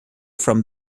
from